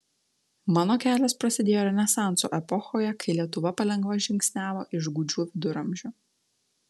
mano kelias prasidėjo renesanso epochoje kai lietuva palengva žingsniavo iš gūdžių viduramžių